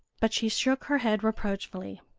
but she shook her head reproachfully.